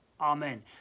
Amen